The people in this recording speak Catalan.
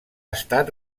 estat